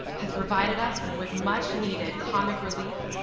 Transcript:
has provided us with much needed comic relief,